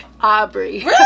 Aubrey